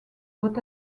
doit